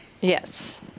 Yes